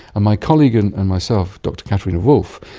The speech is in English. my colleague and and myself, dr katharina wulff,